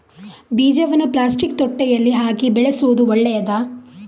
ಬೀಜವನ್ನು ಪ್ಲಾಸ್ಟಿಕ್ ತೊಟ್ಟೆಯಲ್ಲಿ ಹಾಕಿ ಬೆಳೆಸುವುದು ಒಳ್ಳೆಯದಾ?